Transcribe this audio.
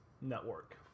network